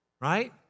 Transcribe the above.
Right